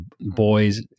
boys